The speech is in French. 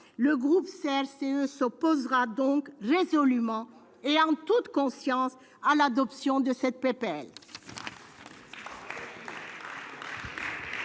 le groupe CRCE s'opposera résolument et en toute conscience à l'adoption de cette